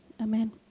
Amen